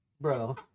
Bro